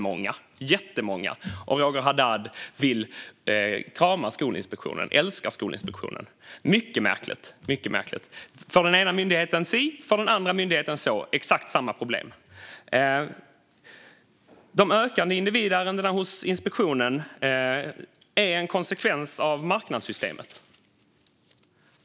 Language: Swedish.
Men Roger Haddad vill krama Skolinspektionen. Han älskar Skolinspektionen. Det är mycket märkligt. För den ena myndigheten si, för den andra myndigheten så. Men det handlar om exakt samma problem. De ökande individärendena hos Skolinspektionen är en konsekvens av marknadssystemet.